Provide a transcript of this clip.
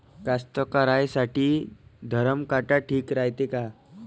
कास्तकाराइसाठी धरम काटा ठीक रायते का?